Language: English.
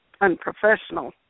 unprofessional